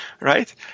right